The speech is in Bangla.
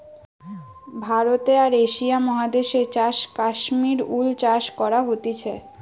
ভারতে আর এশিয়া মহাদেশে চাষ কাশ্মীর উল চাষ করা হতিছে